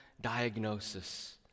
diagnosis